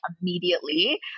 immediately